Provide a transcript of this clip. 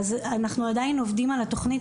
אז אנחנו עובדים על התוכנית,